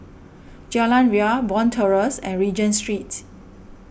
Jalan Ria Bond Terrace and Regent Street